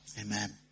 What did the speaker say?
Amen